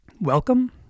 Welcome